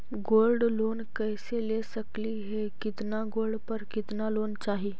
Gold loan कैसे ले सकली हे, कितना गोल्ड पर कितना लोन चाही?